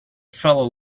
fellow